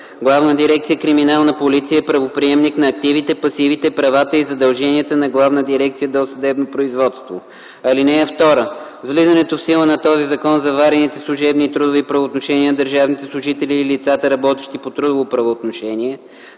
Главна дирекция „Криминална полиция” е правоприемник на активите, пасивите, правата и задълженията на Главна дирекция „Досъдебно производство”. (2) С влизането в сила на този закон заварените служебни и трудови правоотношения на държавните служители и лицата, работещи по трудово правоотношение